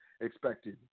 expected